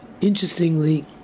interestingly